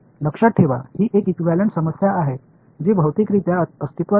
लक्षात ठेवा ही एक इक्विव्हॅलेंट समस्या आहे जी भौतिकरित्या अस्तित्वात नाही